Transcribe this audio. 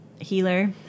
healer